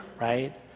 right